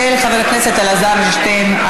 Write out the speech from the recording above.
של חבר הכנסת אלעזר שטרן.